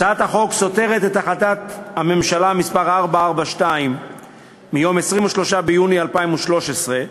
הצעת החוק סותרת את החלטת הממשלה מס' 442 מיום 23 ביוני 2013,